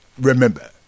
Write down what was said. remember